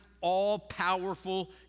all-powerful